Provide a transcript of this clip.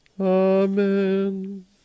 Amen